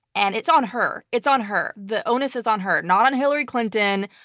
and it's on her. it's on her. the onus is on her, not on hillary clinton,